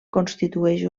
constitueix